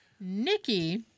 Nikki